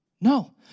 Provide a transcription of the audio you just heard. No